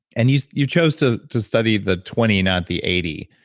and you you chose to to study the twenty, not the eighty.